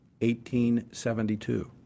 1872